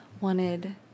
wanted